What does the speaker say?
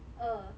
二